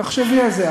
תחשבי על זה.